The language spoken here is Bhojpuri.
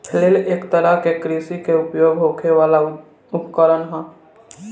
फ्लेल एक तरह के कृषि में उपयोग होखे वाला उपकरण ह